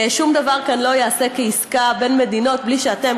שום דבר כאן לא ייעשה כעסקה בין מדינות בלי שאתם,